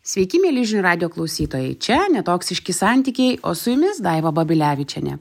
sveiki mieli žinių radijo klausytojai čia ne toksiški santykiai o su jumis daiva babilevičienė